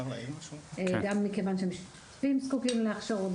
גם מכיוון שהאנשים זקוקים להכשרות,